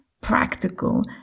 practical